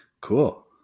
Cool